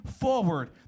forward